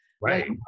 right